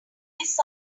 miss